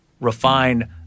refine